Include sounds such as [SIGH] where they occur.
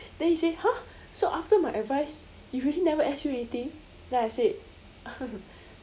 then he say !huh! so after my advice you really never S_U anything then I said [LAUGHS]